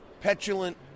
petulant